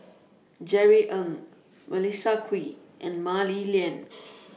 Jerry Ng Melissa Kwee and Mah Li Lian